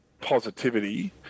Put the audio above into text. positivity